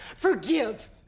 forgive